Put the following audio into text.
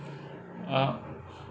uh